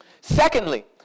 secondly